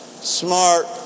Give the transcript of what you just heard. Smart